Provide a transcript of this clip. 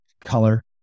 color